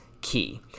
key